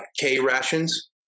K-rations